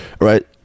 Right